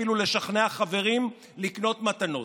ואפילו לשכנע חברים לקנות מתנות.